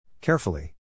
Carefully